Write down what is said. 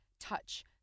touch